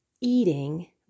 eating